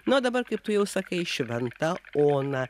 na o dabar ir tu jau sakai šventa ona